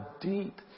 deep